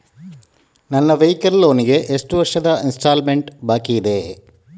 ನನ್ನ vehicle loan ಗೆ ಎಷ್ಟು ವರ್ಷದ ಇನ್ಸ್ಟಾಲ್ಮೆಂಟ್ ಬಾಕಿ ಇದೆ?